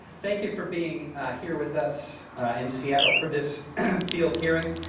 thank you for being here with us in seattle for this field hearing.